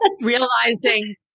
realizing